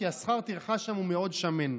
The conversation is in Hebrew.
כי שכר הטרחה שם הוא מאוד שמן.